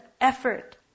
effort